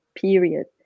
period